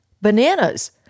Bananas